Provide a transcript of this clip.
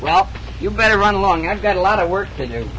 well you better run along i've got a lot of work to do